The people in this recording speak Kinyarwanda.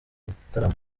bitaramo